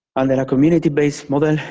and community-based model,